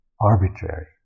arbitrary